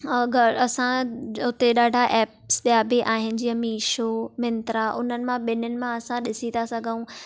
अगरि असां उते ॾाढा एप्स ॿिया बि आहिनि जीअं मीशो मिंत्रा उन्हनि मां ॿिनीनि मां असां ॾिसी था सघूं